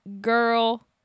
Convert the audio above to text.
girl